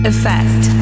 Effect